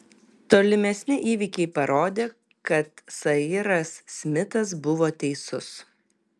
tolimesni įvykiai parodė kad sairas smitas buvo teisus